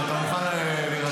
זה לא שהציבור בחר בו.